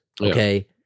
Okay